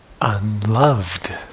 unloved